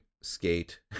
skate